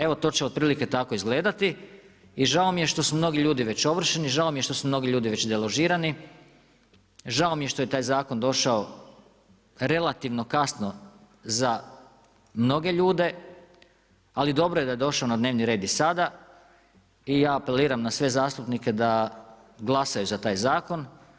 Evo to će otprilike tako izgledati i žao mi je što su mnogi ljudi već ovršeni, žao mi je što su mnogi ljudi već deložirani, žao mije što je taj zakon došao relativno kasno za mnoge ljude, ali dobro je da je došao na dnevni red i sada i ja apeliram na sve zastupnike da glasaju za taj zakon.